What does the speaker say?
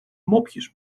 mopjes